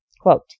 Quote